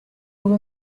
all